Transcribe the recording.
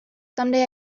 someday